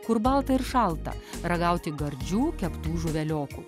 kur balta ir šalta ragauti gardžių keptų žuveliokų